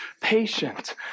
patient